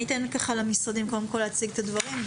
אני אתן למשרדים להציג את הדברים,